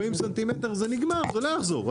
40 מטר זה נגמר זה לא יחזור,